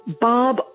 Bob